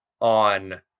on